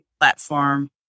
platform